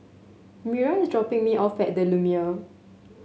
Mira is dropping me off at the Lumiere